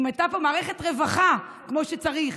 אם הייתה פה מערכת רווחה כמו שצריך,